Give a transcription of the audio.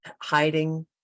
hiding